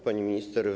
Pani Minister!